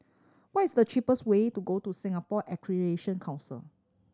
what is the cheapest way to go to Singapore Accreditation Council